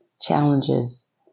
challenges